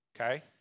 okay